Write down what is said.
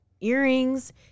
earrings